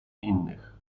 innych